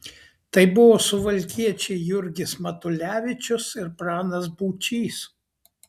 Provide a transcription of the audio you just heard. tai buvo suvalkiečiai jurgis matulevičius ir pranas būčys